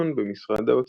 וחיסכון במשרד האוצר.